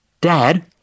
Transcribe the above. Dad